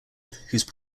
whose